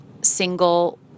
single